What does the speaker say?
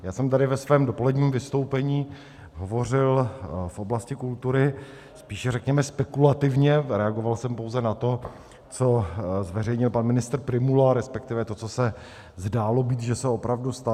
Já jsem tady ve svém dopoledním vystoupení hovořil v oblasti kultury spíše řekněme spekulativně, zareagoval jsem pouze na to, co zveřejnil pan ministr Prymula, resp. to, co se zdálo být, že se opravdu stane.